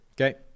okay